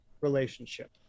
relationship